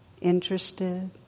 interested